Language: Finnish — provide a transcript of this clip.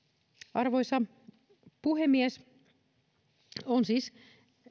arvoisa puhemies on siis